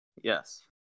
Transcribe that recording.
Yes